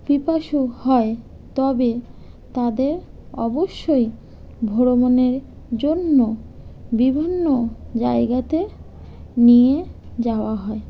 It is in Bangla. পিপাসু হয় তবে তাদের অবশ্যই ভ্রমণের জন্য বিভিন্ন জায়গাতে নিয়ে যাওয়া হয়